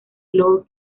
lord